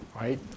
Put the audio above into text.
right